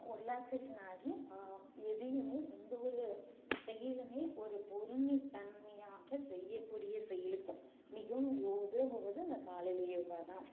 ஒரு ரிலாக்சேஷன் ஆகி எதையுமே எந்த ஒரு செயலுமே ஒரு பொறுமைத்தன்மையாக செய்யக்கூடிய செயலுக்கு மிகவும் உதவுவது இந்த காலையில் யோகா தான்